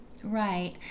Right